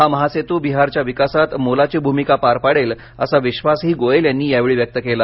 हा महासेतू बिहारच्या विकासात मोलाची भूमिका पार पाडेल असा विश्वासही गोयल यांनी यावेळी व्यक्त केला